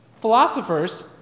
philosophers